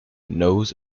nose